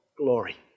glory